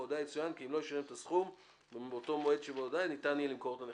בהודעה כי אם לא ישלם את הסכום מאותו מועד ניתן יהיה למכור את הנכסים".